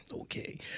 Okay